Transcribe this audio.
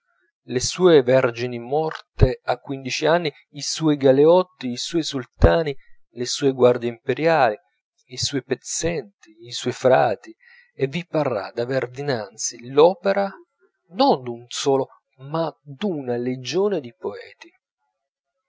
le sue vergini morte a quindici anni i suoi galeotti i suoi sultani le sue guardie imperiali i suoi pezzenti i suoi frati e vi parrà d'aver dinanzi l'opera non d'un solo ma d'una legione di poeti